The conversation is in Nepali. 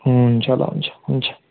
हुन्छ ल हुन्छ हुन्छ